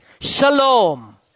shalom